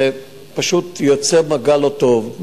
זה פשוט יוצא מגע לא טוב,